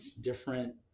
different